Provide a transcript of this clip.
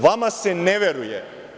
Vama se ne veruje.